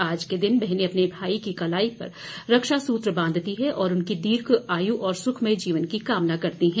आज के दिन बहनें अपने भाई की कलाई में रक्षा सूत्र बांधती हैं और उनकी दीर्घ आयु और सुखमय जीवन की कामना करती हैं